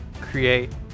create